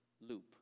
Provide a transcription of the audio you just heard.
loop